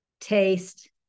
taste